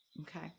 okay